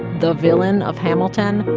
the villain of hamilton?